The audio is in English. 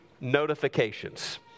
notifications